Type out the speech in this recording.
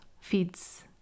feeds